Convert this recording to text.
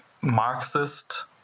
Marxist